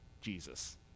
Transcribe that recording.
Jesus